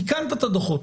תיקנת את הדוחות.